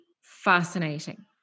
fascinating